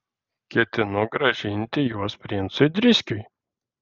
ketinu grąžinti juos princui driskiui